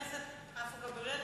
חבר הכנסת עפו אגבאריה,